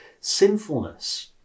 sinfulness